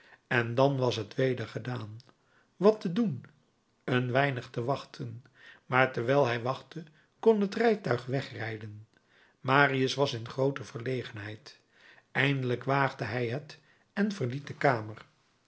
en dan was t weder gedaan wat te doen een weinig te wachten maar terwijl hij wachtte kon het rijtuig wegrijden marius was in groote verlegenheid eindelijk waagde hij het en verliet de kamer